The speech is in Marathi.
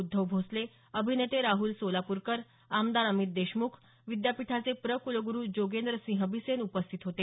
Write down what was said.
उद्धव भोसले अभिनेते राहुल सोलापूरकर आमदार अमित देशमुख विद्यापीठाचे प्र कुलगुरु जोगेंद्रसिंह बिसेन उपस्थित होते